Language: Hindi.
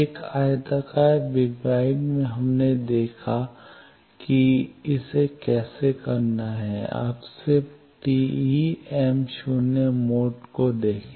एक आयताकार वेवगाइड में हमने देखा है कि इसे कैसे करना है अब सिर्फ TEm 0 मोड को देखें